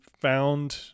found